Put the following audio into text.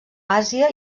àsia